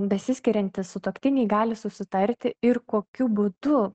besiskiriantys sutuoktiniai gali susitarti ir kokiu būdu